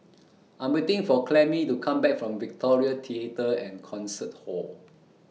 I'm waiting For Clemie to Come Back from Victoria Theatre and Concert Hall